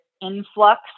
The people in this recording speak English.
influx